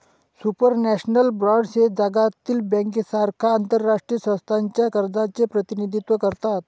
supranational bonds हे जागतिक बँकेसारख्या आंतरराष्ट्रीय संस्थांच्या कर्जाचे प्रतिनिधित्व करतात